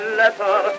letter